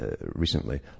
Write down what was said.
recently